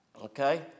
Okay